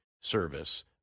service